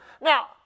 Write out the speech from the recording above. Now